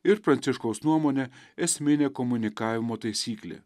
ir pranciškaus nuomone esminė komunikavimo taisyklė